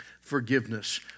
Forgiveness